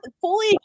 fully